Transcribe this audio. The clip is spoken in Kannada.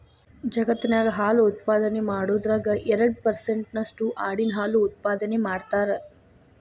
ಜಗತ್ತಿನ್ಯಾಗ ಹಾಲು ಉತ್ಪಾದನೆ ಮಾಡೋದ್ರಾಗ ಎರಡ್ ಪರ್ಸೆಂಟ್ ನಷ್ಟು ಆಡಿನ ಹಾಲು ಉತ್ಪಾದನೆ ಮಾಡ್ತಾರ